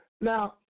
Now